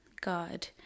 God